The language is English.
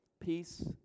Peace